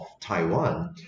Taiwan